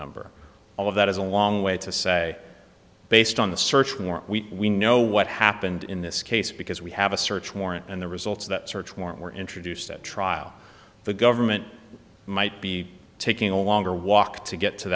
number all of that is a long way to say based on the search warrant we know what happened in this case because we have a search warrant and the results of that search warrant were introduced at trial the government might be taking a longer walk to get to